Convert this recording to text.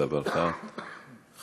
תודה רבה, אדוני.